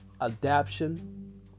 adaption